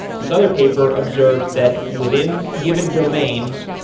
this other paper observes that within given domains,